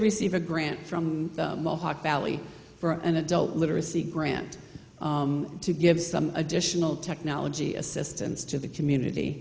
receive a grant from mohawk valley for an adult literacy grant to give some additional technology assistance to the community